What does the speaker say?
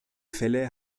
fälle